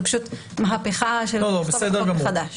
זה פשוט מהפכה שנכתוב הכול מחדש.